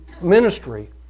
ministry